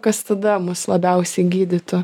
kas tada mus labiausiai gydytų